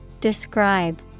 Describe